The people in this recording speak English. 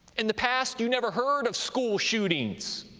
in the past you never heard of school shootings,